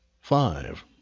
five